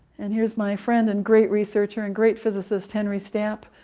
and here's my friend and great researcher and great physicist henry stapp.